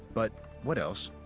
but what else?